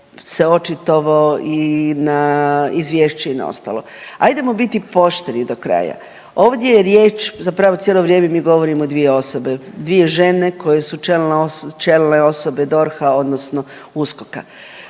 se očitovao i na izvješće i na ostalo. Ajdemo biti pošteni do kraja, ovdje je riječ, zapravo cijelo vrijeme mi govorimo 2 osobe, 2 žene koje su čelne osobe DORH-a odnosno USKOK-a,